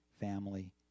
family